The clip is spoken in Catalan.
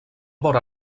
vora